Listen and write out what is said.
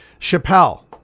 Chappelle